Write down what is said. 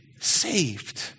saved